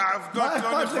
העובדות לא נכונות.